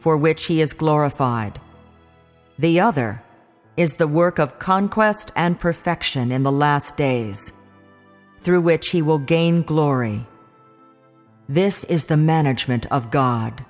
for which he is glorified the other is the work of conquest and perfection in the last days through which he will gain glory this is the management of god